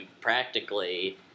practically